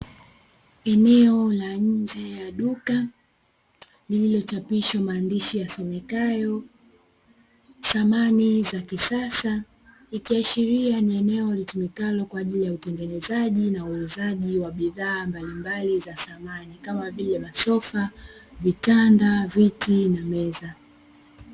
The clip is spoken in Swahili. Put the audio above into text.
Eneo la nje ya duka lililochapishwa maandishi yasomekayo samani za kisasa, ikiashiria ni eneo linalotumika kwa ajili ya utengenezaji na uuzaji wa bidhaa mbalimbali za samani, kama vile masofa, vitanda, viti, na meza.